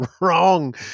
wrong